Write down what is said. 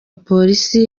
polisi